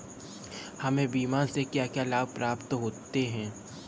हमें बीमा से क्या क्या लाभ प्राप्त होते हैं?